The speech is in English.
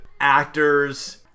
actors